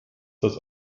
das